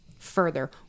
Further